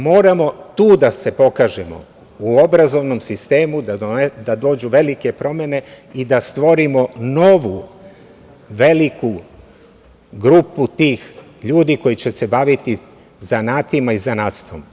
Moramo tu da se pokažemo u obrazovnom sistemu, da dođu velike promene i da stvorimo novu veliku grupu tih ljudi koji će se baviti zanatima i zanatstvom.